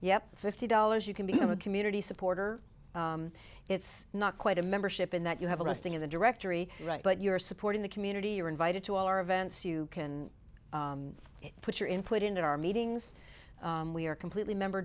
yep fifty dollars you can become a community supporter it's not quite a membership in that you have a listing of the directory right but you're supporting the community you're invited to our events you can put your input into our meetings we are completely member